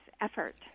effort